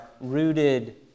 rooted